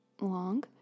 long